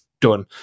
done